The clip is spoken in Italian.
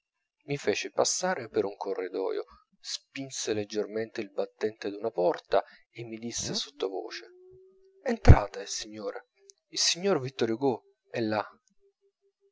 mi fece passare per un corridoio spinse leggermente il battente d'una porta e mi disse sottovoce entrate signore il signor vittor hugo è là